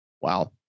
Wow